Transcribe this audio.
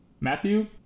Matthew